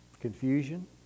confusion